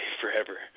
forever